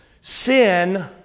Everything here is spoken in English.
sin